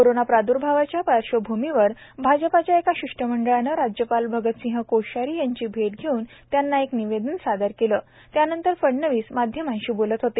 corona प्रादूर्भावाच्या पार्श्वभूमीवर भाजपच्या एका शिष्टमंडळाने राज्यपाल भगतसिंह कोश्यारी यांची भेट घेऊन त्यांना एक निवेदन सादर केलं त्यानंतर फडणवीस माध्यमांशी बोलत होते